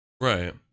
right